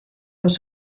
los